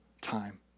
time